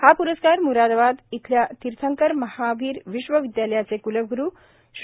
हा प्रस्कार म्रादाबाद येथील तीर्थांकर महावीर विश्व विद्यालयाचे क्लग्रू श्री